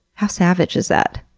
how savage is that?